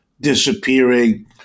disappearing